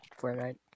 Fortnite